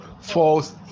False